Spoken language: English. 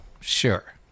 Sure